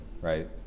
right